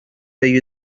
the